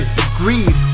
degrees